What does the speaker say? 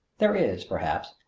there is, perhaps,